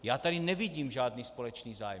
Já tady nevidím žádný společný zájem.